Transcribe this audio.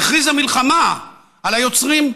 הכריזה מלחמה על היוצרים.